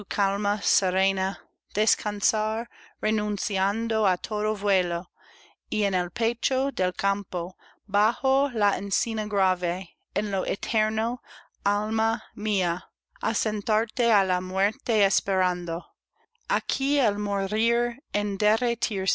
serena descansar renunciando á todo vuelo y en el pecho del campo bajo la encina grave en lo eterno alma mía asentarte á la muerte esperando aquí el morir